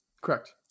Correct